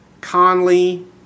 Conley